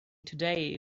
today